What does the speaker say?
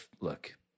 look